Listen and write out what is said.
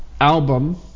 album